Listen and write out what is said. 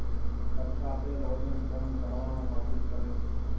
कचका तेल ओजन कम करबा मे मदति करैत छै